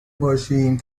باشیم